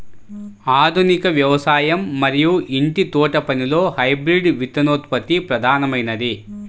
ఆధునిక వ్యవసాయం మరియు ఇంటి తోటపనిలో హైబ్రిడ్ విత్తనోత్పత్తి ప్రధానమైనది